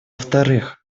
вторых